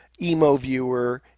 Emoviewer